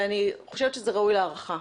ואני חושבת שזה ראוי להערכה,